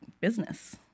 business